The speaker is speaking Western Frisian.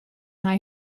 nei